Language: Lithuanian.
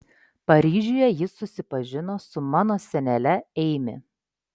paryžiuje jis susipažino su mano senele eimi